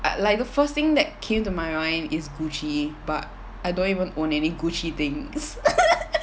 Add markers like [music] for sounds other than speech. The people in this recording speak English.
I like the first thing that came to my mind is gucci but I don't even own any gucci things [laughs]